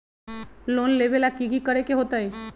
Loan लेबे ला की कि करे के होतई?